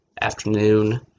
afternoon